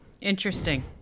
Interesting